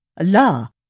Allah